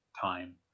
time